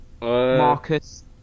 Marcus